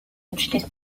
utilise